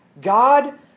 God